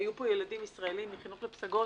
היו כאן ילדים מ"חינוך לפסגות"